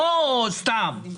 לא סתם.